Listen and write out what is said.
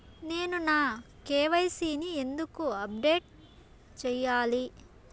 నేను నా కె.వై.సి ని ఎందుకు అప్డేట్ చెయ్యాలి?